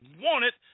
wanted